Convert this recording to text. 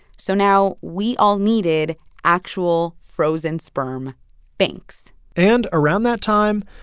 so now we all needed actual frozen sperm banks and around that time,